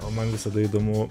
o man visada įdomu